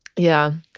yeah.